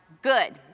good